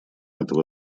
этого